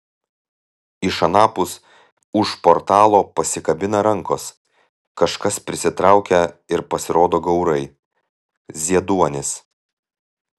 iš anapus už portalo pasikabina rankos kažkas prisitraukia ir pasirodo gaurai zieduonis